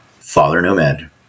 fathernomad